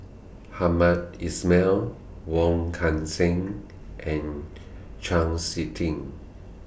Hamed Ismail Wong Kan Seng and Chau Sik Ting